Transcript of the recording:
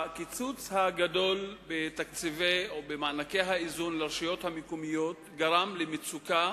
הקיצוץ הגדול במענקי האיזון לרשויות המקומיות גרם למצוקה